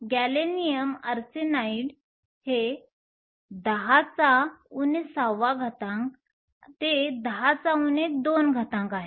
gallium arsenide 10 6 ते 10 2 आहे